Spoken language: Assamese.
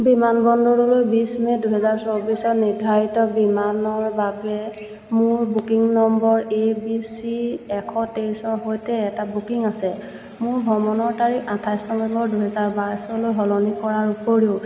বিমানবন্দৰলৈ বিছ মে' দুহেজাৰ চৌবিছত নিৰ্ধাৰিত বিমানৰ বাবে মোৰ booking number A B C এশ তেইছৰ সৈতে এটা বুকিং আছে মোৰ ভ্ৰমণৰ তাৰিখ আঠাইছ নৱেম্বৰ দুহেজাৰ বাইছলৈ সলনি কৰাৰ উপৰিও